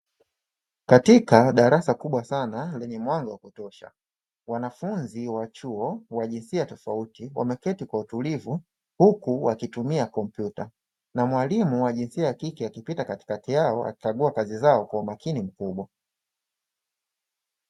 Katika darasa kubwa sana lenye mwanga wa kutosha wanafunzi wa chuo wa jinsia tofauti, wameketi kwa utulivu huku wakitumia kompyuta na mwalimu wa jinsia kike akipita katikati yao akikagua kazi zao kwa umakini mkubwa.